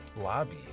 Lobby